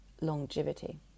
longevity